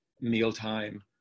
mealtime